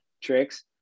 tricks